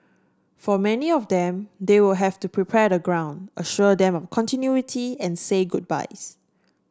for many of them they will have to prepare the ground assure them of continuity and say goodbyes